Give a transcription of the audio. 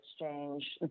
exchange